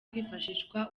kwifashishwa